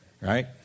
right